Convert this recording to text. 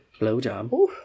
Blowjob